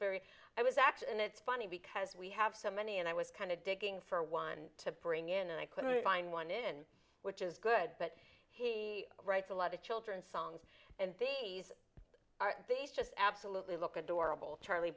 very i was x and it's funny because we have so many and i was kind of digging for one to bring in and i couldn't find one in which is good but he writes a lot of children's songs and the bass just absolutely look adorable charlie